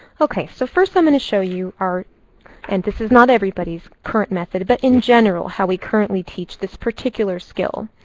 so first, i'm going to show you our and this is not everybody's current method, but in general, how we currently teach this particular skill.